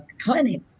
clinic